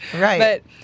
Right